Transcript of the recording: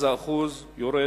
אז השיעור יורד